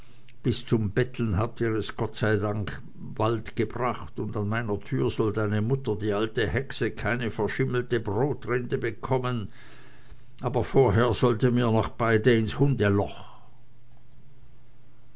bis zum betteln habt ihr es gottlob bald gebracht und an meiner tür soll deine mutter die alte hexe keine verschimmelte brodrinde bekommen aber vorher sollt ihr mir noch beide ins hundeloch